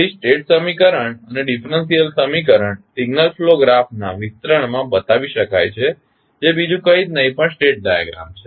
તેથી સ્ટેટ સમીકરણ અને ડીફરન્સીયલ સમીકરણ સિગ્નલ ફ્લો ગ્રાફના વિસ્તરણમાં બતાવી શકાય છે જે બીજું કંઈ નહી પણ સ્ટેટ ડાયાગ્રામ છે